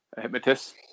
hypnotist